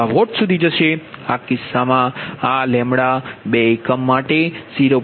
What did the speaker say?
તેથી આ કિસ્સામાં આ બે એકમ માટે 0